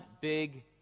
big